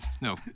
No